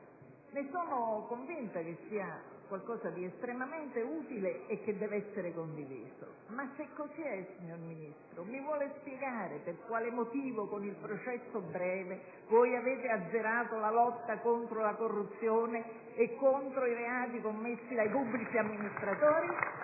Io sono convinta che tale intento sia estremamente utile e che debba essere condiviso. Se così è, però, signor Ministro, vuole spiegarmi per quale motivo, con il processo breve, voi avete azzerato la lotta contro la corruzione e contro i reati commessi dai pubblici amministratori?